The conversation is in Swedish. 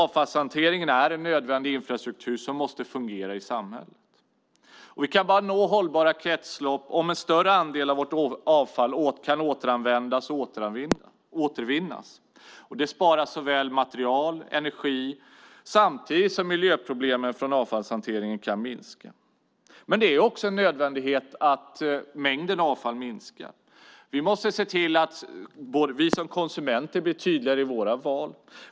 Avfallshanteringen är en nödvändig infrastruktur som måste fungera i samhället. Vi kan bara nå hållbara kretslopp om en större andel av vårt avfall kan återanvändas och återvinnas. Det sparar såväl material som energi samtidigt som miljöproblemen från avfallshanteringen kan minska. Det är också nödvändigt att mängden avfall minskar. Vi konsumenter måste se till att bli tydligare i våra val.